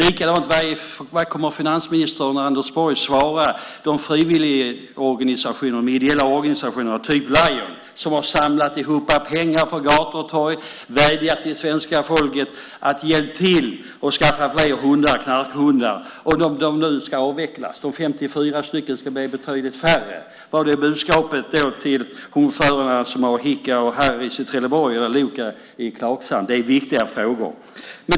Vad kommer finansminister Anders Borg att svara de frivilligorganisationer och ideella organisationer, typ Lions, som har samlat ihop pengar på gator och torg och vädjat till svenska folket att hjälpa till att skaffa fler knarkhundar? De ska nu avvecklas så att 54 blir betydligt färre. Vad är då budskapet till de hundförare som har Hicka och Harris i Trelleborg och Loka i Karlshamn? Det är viktiga frågor.